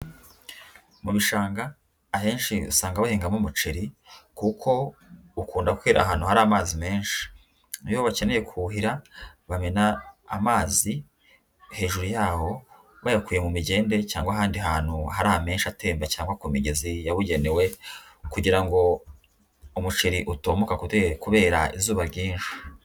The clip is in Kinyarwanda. Mu bishanga ahenshi usanga bahingamo umuceri, kuko ukunda kwira ahantu hari amazi menshi. Niyo bakeneye kuwuhira, bamena amazi hejuru yaho, bayakuye mu migende cyangwa ahandi hantu hari amenshi atemba cyangwa ku migezi yabugenewe, kugira ngo umuceri utumoka kubera izuba ryinshi.